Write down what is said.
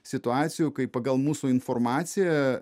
situacijų kai pagal mūsų informaciją